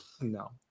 no